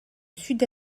sud